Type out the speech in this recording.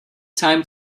time